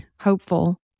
Hopeful